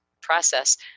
process